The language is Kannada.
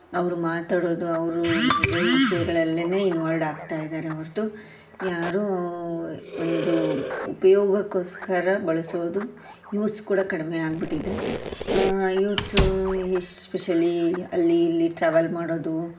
ಅವರು ಮಾತಾಡೊದು ಅವರು ಬೇರೆ ವಿಷಯಗಳಲ್ಲೇನೇ ಇನ್ವಾಲ್ಡ್ ಆಗ್ತಾ ಇದ್ದಾರೆ ಹೊರತು ಯಾರೂ ಒಂದು ಉಪಯೋಗಕ್ಕೋಸ್ಕರ ಬಳಸೋದು ಯೂಸ್ ಕೂಡ ಕಡಿಮೆ ಆಗಿಬಿಟ್ಟಿದೆ ಯೂತ್ಸು ಎಸ್ಪೆಶಲಿ ಅಲ್ಲಿ ಇಲ್ಲಿ ಟ್ರಾವೆಲ್ ಮಾಡೋದು